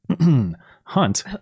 Hunt